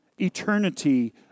Eternity